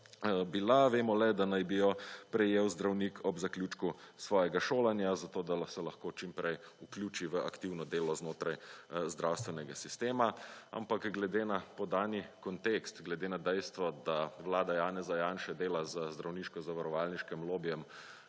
bila, vemo le, da naj bi jo prejel zdravnik ob zaključku svojega šolanja zato, da se lahko čim prej vključi v aktivno delo znotraj zdravstvenega sistema, ampak glede na podani kontekst, glede na dejstvo, Vlada Janeza Janše dela z zdravniško zavarovalniškim lobijem